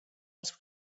els